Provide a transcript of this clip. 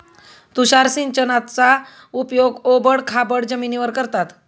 तुषार सिंचनाचा उपयोग ओबड खाबड जमिनीवर करतात